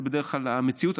זו בדרך כלל המציאות.